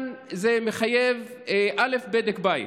זה מחייב בדק בית,